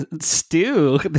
stew